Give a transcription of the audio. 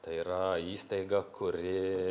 tai yra įstaiga kuri